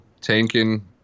tanking